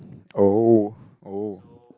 oh oh